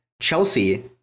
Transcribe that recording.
Chelsea